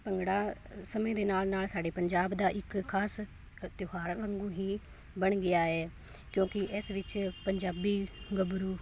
ਭੰਗੜਾ ਸਮੇਂ ਦੇ ਨਾਲ ਨਾਲ ਸਾਡੇ ਪੰਜਾਬ ਦਾ ਇੱਕ ਖ਼ਾਸ ਤਿਉਹਾਰ ਵਾਂਗੂੰ ਹੀ ਬਣ ਗਿਆ ਹੈ ਕਿਉਂਕਿ ਇਸ ਵਿੱਚ ਪੰਜਾਬੀ ਗੱਭਰੂ